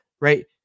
right